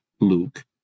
Luke